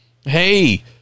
hey